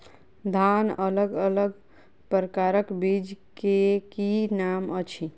धान अलग अलग प्रकारक बीज केँ की नाम अछि?